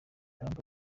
trump